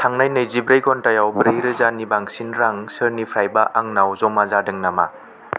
थांनाय नैजिब्रै घन्टायाव ब्रै रोजा नि बांसिन रां सोरनिफ्रायबा आंनाव जमा जादों नामा